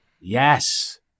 Yes